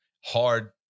Hard